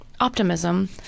optimism